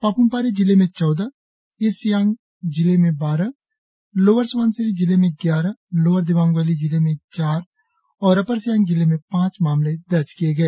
पाप्मपारे जिले में चौदह ईस्ट सियांग में बारह लोअर स्बनसिरी जिले में ग्यारह लोअर दिबांग वैली जिले में चार और अपर सियांग जिले में पांच मामले दर्ज किए गए